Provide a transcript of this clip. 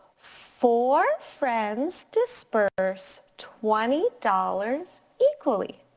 four friends disperse twenty dollars equally.